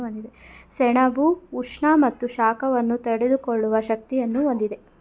ಸೆಣಬು ಉಷ್ಣ ಮತ್ತು ಶಾಖವನ್ನು ತಡೆದುಕೊಳ್ಳುವ ಶಕ್ತಿಯನ್ನು ಹೊಂದಿದೆ